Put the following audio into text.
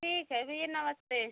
ठीक है भैया नमस्ते